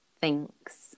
thinks